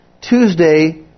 Tuesday